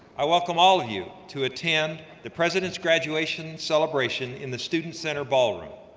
i welcome all of you to attend the president's graduation celebration in the student center ballroom.